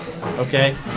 Okay